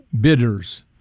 bidders